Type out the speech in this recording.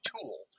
tool